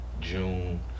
June